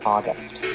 August